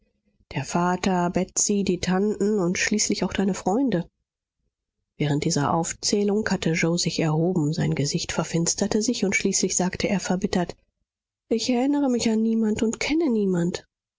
der vater betsy die tanten und schließlich auch deine freunde während dieser aufzählung hatte yoe sich erhoben sein gesicht verfinsterte sich und schließlich sagte er verbittert ich erinnere mich an niemand und kenne niemand